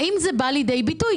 האם זה בא לידי ביטוי?